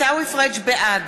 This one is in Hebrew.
בעד